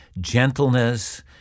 gentleness